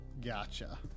Gotcha